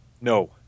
No